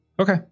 Okay